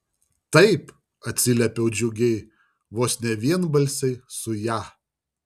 taip atsiliepiau džiugiai vos ne vienbalsiai su ja